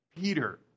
Peter